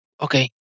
Okay